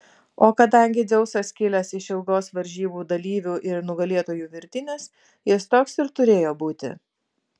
o kadangi dzeusas kilęs iš ilgos varžybų dalyvių ir nugalėtojų virtinės jis toks ir turėjo būti